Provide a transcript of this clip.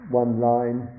one-line